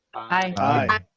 aye.